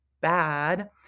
bad